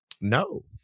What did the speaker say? No